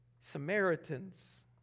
samaritans